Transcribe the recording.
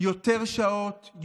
יותר שעות,